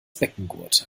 beckengurte